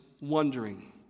wondering